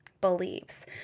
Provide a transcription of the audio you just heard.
believes